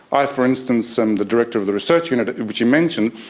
i, for instance, am the director of the research unit, which you mentioned,